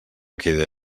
queda